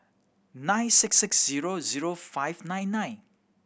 nine six six zero zero five nine nine